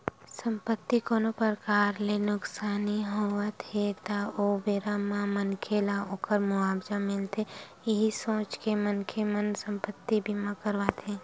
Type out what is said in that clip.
संपत्ति कोनो परकार ले नुकसानी होवत हे ता ओ बेरा म मनखे ल ओखर मुवाजा मिलथे इहीं सोच के मनखे मन संपत्ति बीमा कराथे